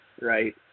right